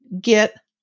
get